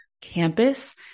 campus